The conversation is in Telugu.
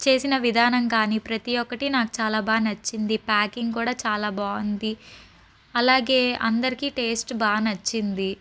చేసిన విధానం కానీ ప్రతీ ఒక్కటి నాకు చాలా బాగా నచ్చింది ప్యాకింగ్ కూడా చాలా బాగుంది అలాగే అందరికి టేస్ట్ బాగా నచ్చింది